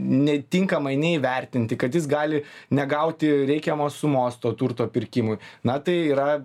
netinkamai neįvertinti kad jis gali negauti reikiamos sumos to turto pirkimui na tai yra